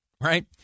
right